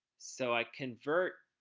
so i convert